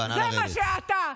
זה מה שאתה.